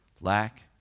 lack